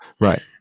Right